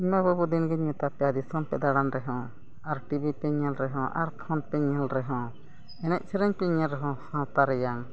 ᱤᱧᱢᱟ ᱵᱟᱹᱵᱩ ᱫᱤᱱᱜᱤᱧ ᱢᱮᱛᱟ ᱯᱮᱭᱟ ᱫᱤᱥᱚᱢ ᱯᱮ ᱫᱟᱬᱟᱱ ᱨᱮᱦᱚᱸ ᱟᱨ ᱴᱤᱵᱷᱤ ᱯᱮ ᱧᱮᱞ ᱨᱮᱦᱚᱸ ᱟᱨ ᱯᱷᱳᱱ ᱯᱮ ᱧᱮᱞ ᱨᱮᱦᱚᱸ ᱮᱱᱮᱡ ᱥᱮᱨᱮᱧ ᱯᱮ ᱧᱮᱞ ᱨᱮᱦᱚᱸ ᱥᱟᱶᱛᱟ ᱨᱮᱭᱟᱜ